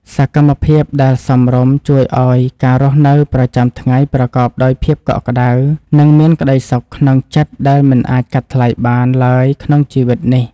សកម្មភាពដែលសមរម្យជួយឱ្យការរស់នៅប្រចាំថ្ងៃប្រកបដោយភាពកក់ក្តៅ និង មានក្តីសុខក្នុងចិត្តដែលមិនអាចកាត់ថ្លៃបានឡើយក្នុងជីវិតនេះ។